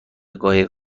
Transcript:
قایق